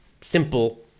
simple